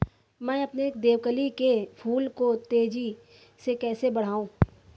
मैं अपने देवकली के फूल को तेजी से कैसे बढाऊं?